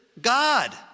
God